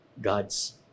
God's